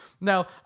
Now